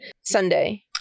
Sunday